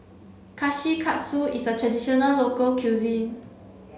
Kushikatsu is a traditional local cuisine